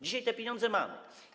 Dzisiaj te pieniądze mamy.